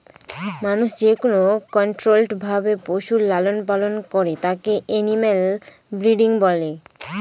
মানুষ যেকোনো কন্ট্রোল্ড ভাবে পশুর লালন পালন করে তাকে এনিম্যাল ব্রিডিং বলে